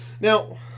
Now